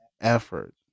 effort